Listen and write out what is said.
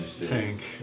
Tank